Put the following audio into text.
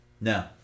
No